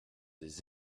des